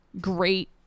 great